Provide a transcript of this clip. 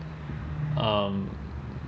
um